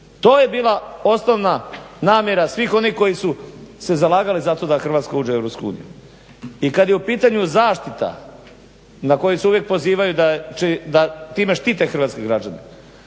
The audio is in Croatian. To je bila osnovna namjera svih onih koji su se zalagali zato da Hrvatska uđe u EU. I kada je u pitanju zaštita na koju se uvijek pozivaju da time štite hrvatske građane,